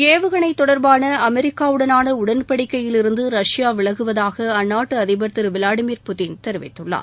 ஏவுகணை தொடர்பான அமெரிக்காவுடனான உடன்படிக்கையிலிருந்து ரஷ்யா விலகுவதாக அந்நாட்டு அதிபர் திரு விளாடிமிர் புட்டின் தெரிவித்துள்ளார்